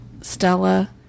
Stella